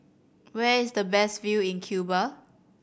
where is the best view in Cuba